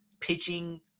pitching